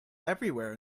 everywhere